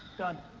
done.